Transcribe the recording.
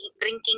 drinking